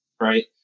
right